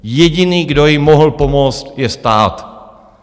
Jediný, kdo jim mohl pomoct, je stát.